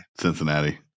Cincinnati